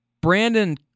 Brandon